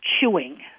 chewing